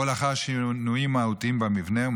או לאחר שינויים מהותיים במבנה,